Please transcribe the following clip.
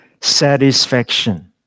satisfaction